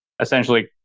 Essentially